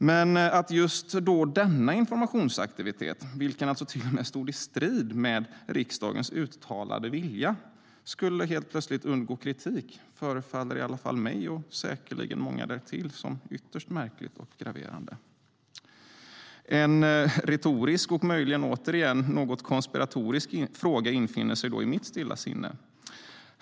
Men att just denna informationsaktivitet, vilken till och med stod i strid med riksdagens uttalade vilja, helt plötsligt skulle undgå kritik förefaller i alla fall mig och säkerligen många därtill som ytterst märkligt och graverande. En retorisk och möjligen återigen något konspiratorisk fråga infinner sig då i mitt stilla sinne.